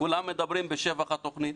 כולם מדברים בשבח התוכנית.